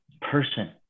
person